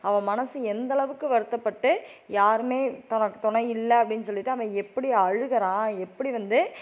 அவன் மனசு எந்தளவுக்கு வருத்தப்பட்டு யாருமே தனக்கு துணை இல்லை அப்படின்னு சொல்லிட்டு அவன் எப்படி அழுகிறான் எப்படி வந்து